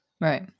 Right